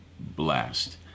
blast